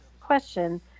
question